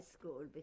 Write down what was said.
school